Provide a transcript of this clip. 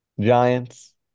Giants